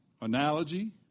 analogy